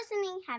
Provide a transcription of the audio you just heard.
listening